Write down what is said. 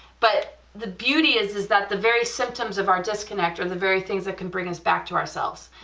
but the beauty is is that the very symptoms of our disconnect or and the very things that can bring us back to ourselves,